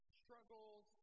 struggles